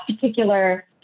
particular